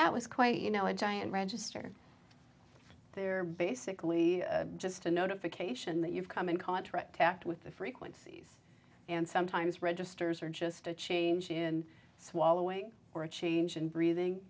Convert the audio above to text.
that was quite you know a giant register there basically just a notification that you've come in contra tact with the frequencies and sometimes registers are just a change in swallowing or a change in breathing